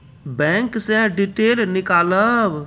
Bank से detail नीकालव?